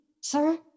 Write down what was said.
Sir